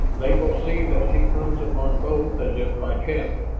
they will see that she comes upon both as if by chance.